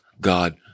God